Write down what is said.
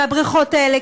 בבריכות האלה,